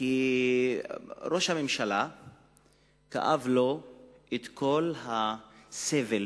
לראש הממשלה כאב כל הסבל